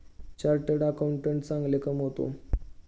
chartered accountant चांगले कमावतो